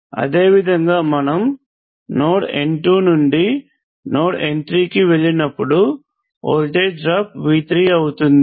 అదేవిధంగా మనము node n2 నుండి నోడ్ n3 కి వెళ్ళినప్పుడు వోల్టేజ్ డ్రాప్ V3 అవుతుంది